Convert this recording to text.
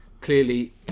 clearly